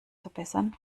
verbessern